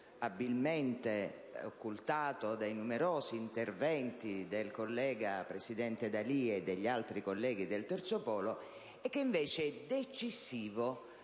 abilmente occultato dai numerosi interventi del collega presidente D'Alia e degli altri colleghi del Terzo polo, che invece è decisivo